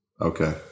Okay